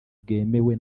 bwemewe